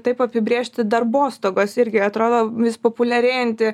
taip apibrėžti darbostogos irgi atrodo vis populiarėjanti